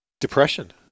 Depression